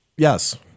Yes